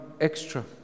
extra